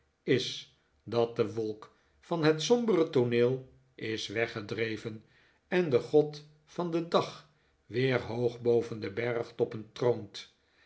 is dat de wolk van het sombere tooneel is weggedreven en de god van den dag weer hoog boven de bergtoppen troont